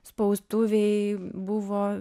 spaustuvei buvo